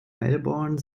melbourne